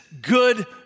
good